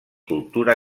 cultura